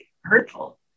hurtful